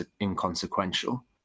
inconsequential